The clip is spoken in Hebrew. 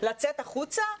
לצאת החוצה?